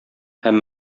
һәм